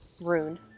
rune